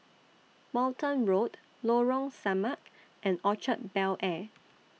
Walton Road Lorong Samak and Orchard Bel Air